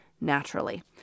naturally